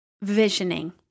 Visioning